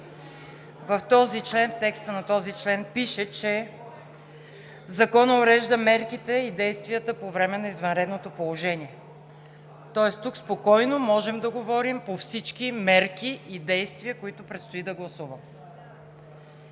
В текста на този член пише, че Законът урежда мерките и действията по време на извънредното положение, тоест тук спокойно можем да говорим по всички мерки и действия, които предстои да гласуваме.